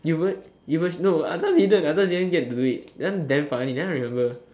it was it was no I thought didn't get to do it that one damn funny that one I remember